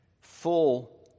full